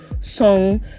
Song